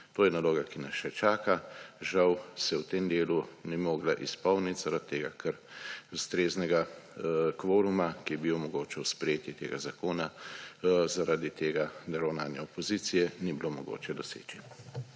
To je naloga, ki nas še čaka. Žal se v tem delu ni mogla izpolniti, ker ustreznega kvoruma, ki bi omogočal sprejetje tega zakona, zaradi tega ravnanja opozicije ni bilo mogoče doseči.